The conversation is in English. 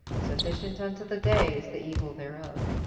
sufficient unto the day is the evil thereof.